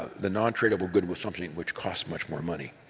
the non-tradable good with something which costs much more money.